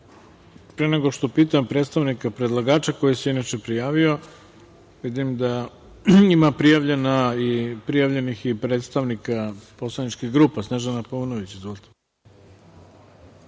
nego što pitam predstavnika predlagača, koji se inače prijavio, vidim da ima prijavljenih i predstavnika poslaničkih grupa. Reč ima Snežana Paunović. Izvolite.